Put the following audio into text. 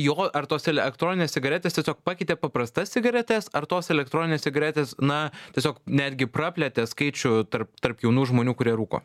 jo ar tos elektroninės cigaretės tiesiog pakeitė paprastas cigaretes ar tos elektroninės cigaretės na tiesiog netgi praplėtė skaičių tarp tarp jaunų žmonių kurie rūko